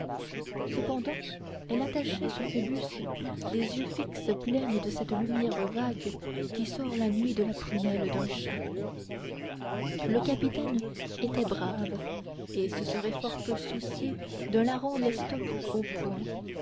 cependant elle attachait sur phoebus deux yeux fixes pleins de cette lumière vague qui sort la nuit de la prunelle d'un chat le capitaine était brave et se serait fort peu soucié d'un larron l'estoc au poing